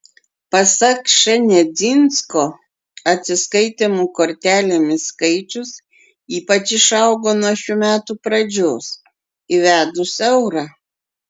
pasak š nedzinsko atsiskaitymų kortelėmis skaičius ypač išaugo nuo šių metų pradžios įvedus eurą